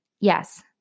Yes